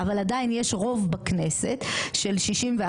אבל עדיין יש רוב בכנסת של 61,